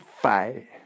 fight